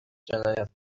جنایت